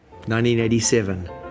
1987